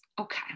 Okay